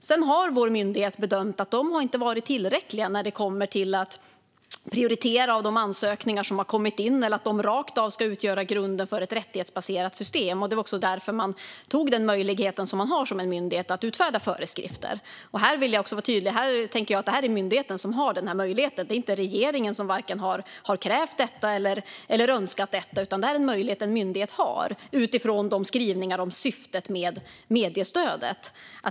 Vår myndighet har sedan bedömt att kriterierna inte har varit tillräckliga när det kommer till att prioritera bland de ansökningar som har kommit in eller för att de rakt av ska kunna utgöra grunden för ett rättighetsbaserat system. Det var också därför man tog den möjlighet man har som en myndighet att utfärda föreskrifter. Jag vill vara tydlig med att det är myndigheten som har den här möjligheten. Det är inte regeringen som vare sig har krävt eller önskat detta, utan det här är en möjlighet som en myndighet har utifrån de skrivningar som finns om syftet med mediestödet.